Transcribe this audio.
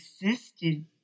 existed